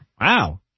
Wow